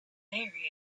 very